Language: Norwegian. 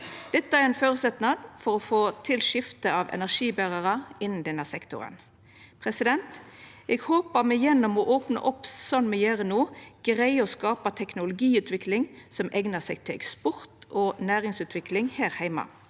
Dette er ein føresetnad for å få til skiftet av energiberarar innanfor denne sektoren. Eg håpar me gjennom å opna opp slik me gjer no, greier å skapa teknologiutvikling som eignar seg til eksport og næringsutvikling her heime.